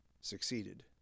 succeeded